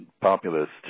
populist